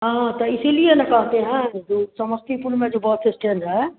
हाँ तो इसीलिए ना कहते हैं जे समस्तीपुर में जो बस इस्टेंड है